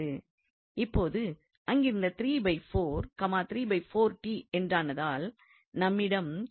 இப்போது அங்கிருந்த என்றானதால் நம்மிடம் மற்றும் இருக்கின்றது